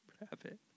rabbit